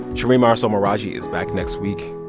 shereen marisol meraji is back next week.